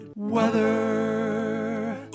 WEATHER